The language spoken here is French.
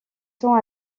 sont